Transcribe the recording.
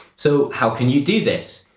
so how can you do this?